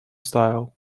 style